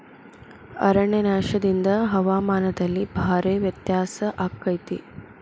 ಅರಣ್ಯನಾಶದಿಂದ ಹವಾಮಾನದಲ್ಲಿ ಭಾರೇ ವ್ಯತ್ಯಾಸ ಅಕೈತಿ